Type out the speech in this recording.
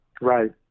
Right